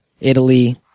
Italy